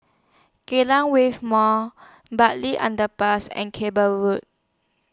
Kallang Wave Mall Bartley Underpass and Cable Road